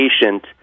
patient